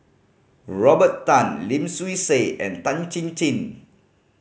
Robert Tan Lim Swee Say and Tan Chin Chin